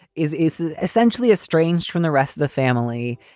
is is essentially estranged from the rest of the family.